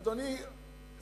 אדוני,